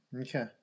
Okay